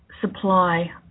supply